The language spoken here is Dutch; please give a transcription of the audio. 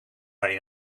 hij